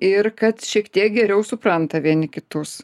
ir kad šiek tiek geriau supranta vieni kitus